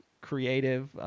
creative